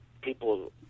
people